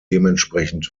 dementsprechend